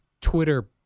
Twitter